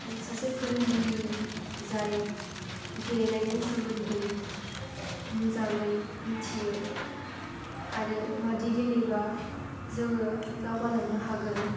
सासे फोरोंगिरि जाय गेलेनायनि सोमोन्दै मोजाङै मिथियो आरो माबादि गेलेबा जोङो दावगालांनो हागोन